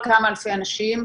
מדובר בכמה אלפי אנשים.